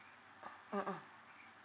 mmhmm